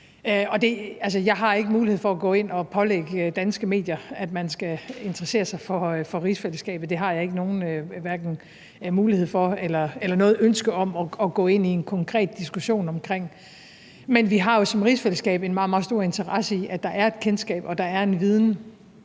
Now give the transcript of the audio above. Jeg har ikke mulighed for at gå ind og pålægge danske medier, at man skal interessere sig for rigsfællesskabet. Det har jeg ikke nogen mulighed for eller noget ønske om at gå ind i en konkret diskussion af, men vi har jo som rigsfællesskab en meget, meget stor interesse i, at der er et kendskab, og at der